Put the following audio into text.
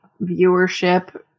viewership